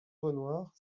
renoir